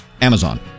amazon